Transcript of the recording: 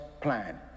plan